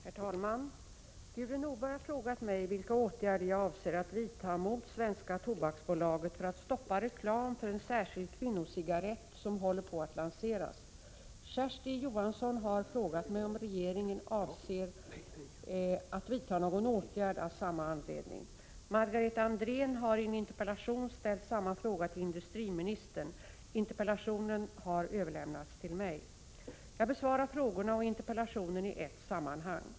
Herr talman! Gudrun Norberg har frågat mig vilka åtgärder jag avser att vidta mot Tobaksbolaget för att stoppa reklam för en särskild kvinnocigarett som håller på att lanseras. Kersti Johansson har frågat mig om regeringen avser att vidta någon åtgärd av samma anledning. Margareta Andrén har i en interpellation ställt samma fråga till industriministern. Interpellationen har överlämnats till mig. Jag besvarar frågorna och interpellationen i ett sammanhang.